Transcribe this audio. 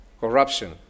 corruption